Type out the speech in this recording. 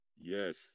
Yes